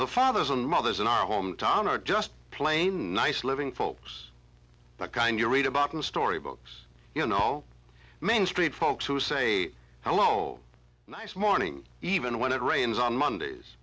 the fathers and mothers in our home town or just plain nice living folks the kind you read about in storybooks you know main street folks who say hello nice morning even when it rains on mondays